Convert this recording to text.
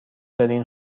دارین